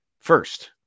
First